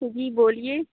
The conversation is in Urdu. جی بولیے